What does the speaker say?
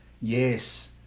Yes